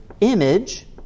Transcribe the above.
image